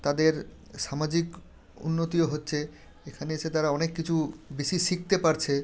তাদের সামাজিক উন্নতিও হচ্ছে এখানে এসে তারা অনেক কিছু বেশি শিখতে পারছে